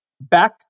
Back